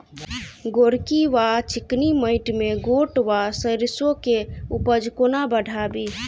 गोरकी वा चिकनी मैंट मे गोट वा सैरसो केँ उपज कोना बढ़ाबी?